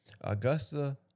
Augusta